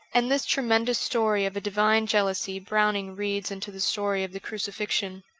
and this tremendous story of a divine jealousy browning reads into the story of the crucifixion.